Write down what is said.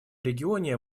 регионе